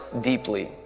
deeply